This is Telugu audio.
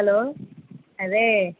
హలో అదే